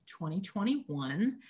2021